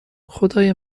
خدای